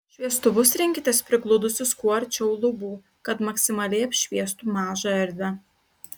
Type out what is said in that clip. šviestuvus rinkitės prigludusius kuo arčiau lubų kad maksimaliai apšviestų mažą erdvę